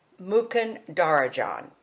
Mukundarajan